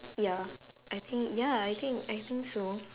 ya I think ya I think I think so